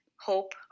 hope